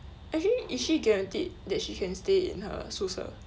actually is she guaranteed that she can stay in her 宿舍